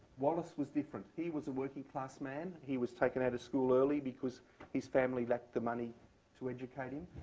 wallace was different. he was a working class man. he was taken out of school early because his family lacked the money to educate him.